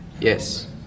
Yes